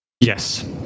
yes